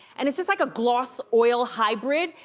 and it's just like a gloss oil hybrid.